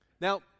Now